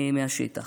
מהשטח.